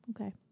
Okay